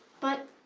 but,